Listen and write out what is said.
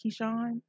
Keyshawn